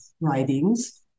writings